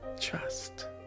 trust